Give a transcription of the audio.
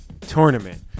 tournament